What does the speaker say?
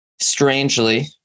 strangely